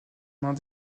mains